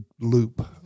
loop